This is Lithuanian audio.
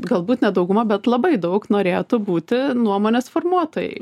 galbūt ne dauguma bet labai daug norėtų būti nuomonės formuotojai